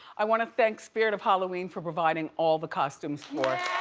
i wanna thank spirit of halloween for providing all the costumes for